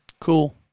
Cool